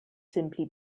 simply